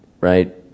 right